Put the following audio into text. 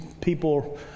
people